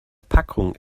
packung